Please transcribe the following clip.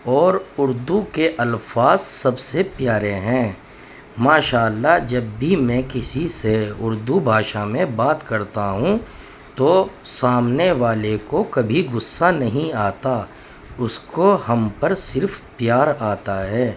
اور اردو کے الفاظ سب سے پیارے ہیں ماشاء اللہ جب بھی میں کسی سے اردو بھاشا میں بات کرتا ہوں تو سامنے والے کو کبھی غصہ نہیں آتا اس کو ہم پر صرف پیار آتا ہے